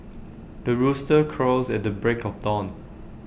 the rooster crows at the break of dawn